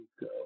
go